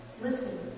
Listen